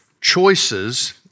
choices